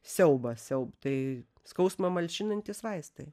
siaubą siau tai skausmą malšinantys vaistai